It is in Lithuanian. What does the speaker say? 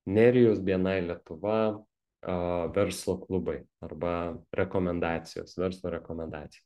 nerijus bni lietuva a verslo klubai arba rekomendacijos verslo rekomendacija